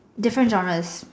different genres